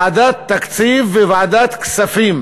ועדת תקציב וועדת כספים,